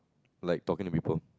like talking to people